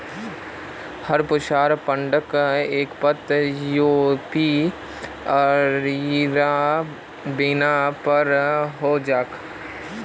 हर पैसार पेमेंटक ऐपत यूपीआईर बिना पेमेंटेर नइ ह छेक